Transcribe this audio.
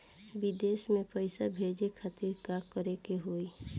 विदेश मे पैसा भेजे खातिर का करे के होयी?